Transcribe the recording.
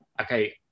Okay